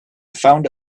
found